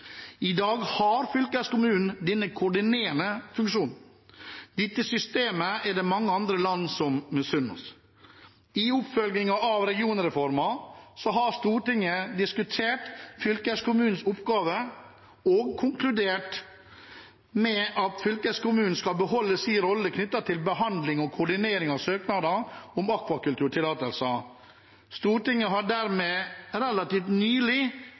I dag har fylkeskommunen denne koordinerende funksjonen. Dette systemet er det mange andre land som misunner oss. I oppfølgingen av regionreformen har Stortinget diskutert fylkeskommunens oppgave og konkludert med at fylkeskommunen skal beholde sin rolle knyttet til behandling og koordinering av søknader om akvakulturtillatelser. Stortinget har dermed relativt nylig